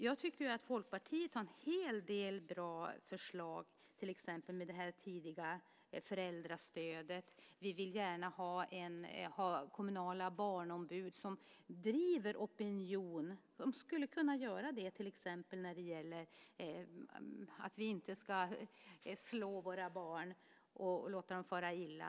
Jag tycker att Folkpartiet har en hel del bra förslag, till exempel om det tidiga föräldrastödet. Vi vill gärna ha kommunala barnombud som driver opinion. De skulle kunna göra det till exempel när det gäller att vi inte ska slå våra barn och låta dem fara illa.